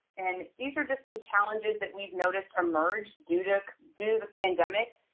and these are just some challenges that we've noticed emerge due to do the pandemic,